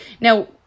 Now